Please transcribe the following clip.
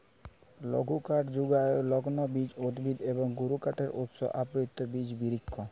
লঘুকাঠ যুগায় লগ্লবীজ উদ্ভিদ এবং গুরুকাঠের উৎস আবৃত বিচ বিরিক্ষ